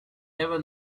never